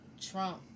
Trump